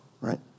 Right